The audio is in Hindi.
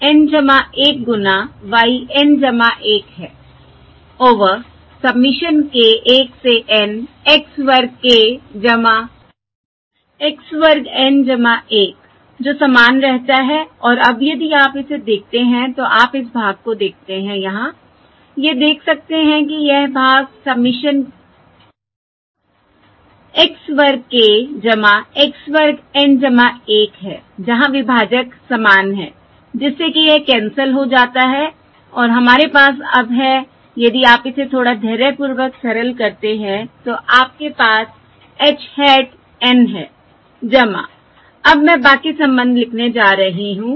यह x N 1 गुणा y N 1 है ओवर सबमिशन k 1 से N x वर्ग k x वर्ग N 1 जो समान रहता है और अब यदि आप इसे देखते हैं तो आप इस भाग को देखते हैं यहाँ यह देख सकते हैं कि यह भाग सबमिशन x वर्ग k x वर्ग N 1 है जहाँ विभाजक समान है जिससे कि यह कैंसल हो जाता है और हमारे पास अब है यदि आप इसे थोड़ा धैर्यपूर्वक सरल करते हैं तो आपके पास h hat N है अब मैं बाकी संबंध लिखने जा रही हूं